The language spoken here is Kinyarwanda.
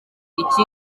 iki